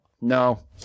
no